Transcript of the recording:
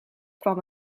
kwam